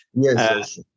Yes